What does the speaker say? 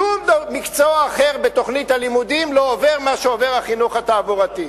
שום מקצוע אחר בתוכנית הלימודים לא עובר מה שעובר החינוך התעבורתי.